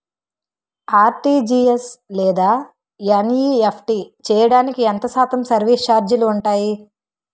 RTGS లేదా NEFT చేయడానికి ఎంత శాతం సర్విస్ ఛార్జీలు ఉంటాయి?